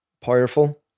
powerful